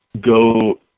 go